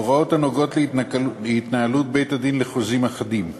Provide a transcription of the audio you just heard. הוראות הנוגעות בהתנהלות בית-הדין לחוזים אחידים,